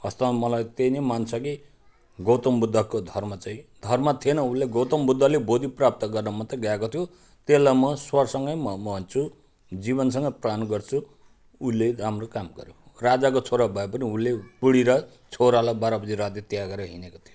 वास्तमा मलाई त्यही नै मान्छ कि गौतम बुद्धको धर्म चाहिँ धर्म थिएन उसले गौतम बुद्धले बोधी प्राप्त गरेर मात्रै बिहा गऱ्यो त्यसलाई म ईश्वरसँगै मान्छु जीवनसँग प्राण गर्छु उसले राम्रो काम गऱ्यो राजाको छोरा भए पनि उसले बुढी र छोरालाई बाह्र बजी राति त्यागेर हिँडेको थियो